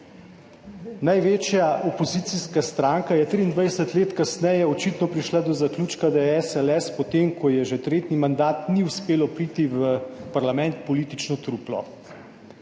Največja opozicijska stranka je 23 let kasneje očitno prišla do zaključka, da je SLS, potem ko ji že tretji mandat ni uspelo priti v parlament, politično truplo,